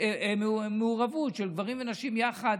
עירוב של נשים וגברים יחד.